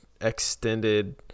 extended